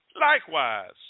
Likewise